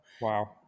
Wow